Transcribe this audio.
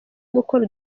gukora